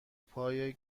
پای